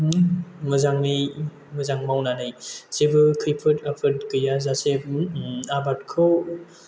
मोजाङै मोजां मावनानै जेबो खैफोद आफोद गैयाजासे आबादखौ